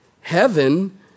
Heaven